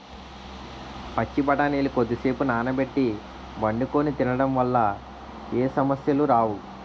పచ్చి బఠానీలు కొద్దిసేపు నానబెట్టి వండుకొని తినడం వల్ల ఏ సమస్యలు రావు